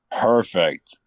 Perfect